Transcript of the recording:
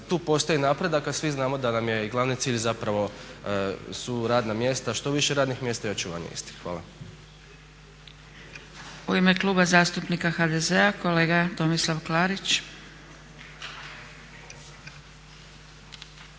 tu postoji napredak a svi znamo da nam je i glavni cilj zapravo su radna mjesta, što više radnih mjesta i očuvanje istih. Hvala. **Zgrebec, Dragica (SDP)** U ime Kluba zastupnika HDZ-a kolega Tomislav Klarić.